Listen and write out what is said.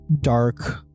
dark